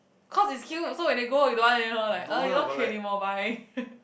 cause it's cute so when they grow old you don't want anymore like ugh you're not cute anymore bye